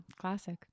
Classic